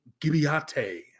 Gibiate